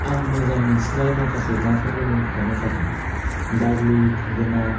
आं मोजां मोनसिननाय माखासे नाफोरनि मुंफोरानो जाबाय बारलि थेंगोना